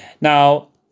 Now